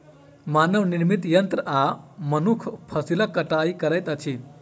मानव निर्मित यंत्र आ मनुख फसिलक कटाई करैत अछि